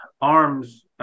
arms